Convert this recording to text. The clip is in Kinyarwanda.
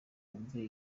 wumve